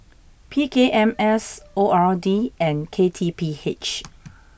P K M S O R D and K T P H